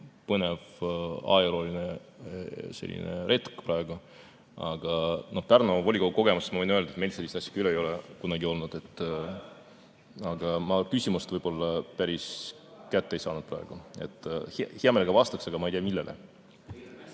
põnev ajalooline retk praegu. Pärnu volikogu kogemusest ma võin öelda, et meil sellist asja küll ei ole kunagi olnud. Aga ma küsimust võib-olla päris kätte ei saanud praegu. Hea meelega vastaksin, aga ma ei tea, millele.